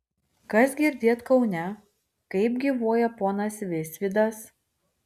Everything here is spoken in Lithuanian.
kas girdėt kaune kaip gyvuoja ponas visvydas